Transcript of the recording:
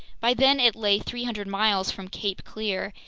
by then it lay three hundred miles from cape clear,